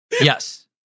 Yes